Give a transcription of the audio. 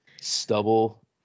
stubble